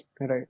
Right